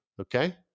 okay